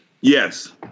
Yes